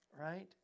right